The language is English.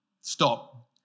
stop